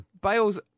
Bale's